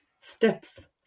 steps